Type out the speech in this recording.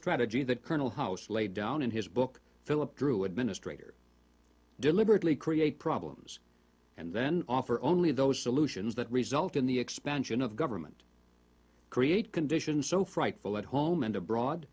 strategy that colonel house laid down in his book philip dru administrator deliberately create problems and then offer only those solutions that result in the expansion of government create conditions so frightful at home and abroad